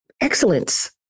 excellence